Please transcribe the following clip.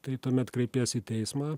tai tuomet kreipiesi į teismą